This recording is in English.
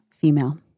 female